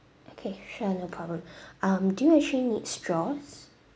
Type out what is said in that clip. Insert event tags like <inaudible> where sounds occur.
okay sure no problem <breath> um do you actually need straws